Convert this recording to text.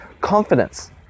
confidence